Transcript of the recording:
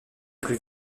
plus